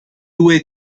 due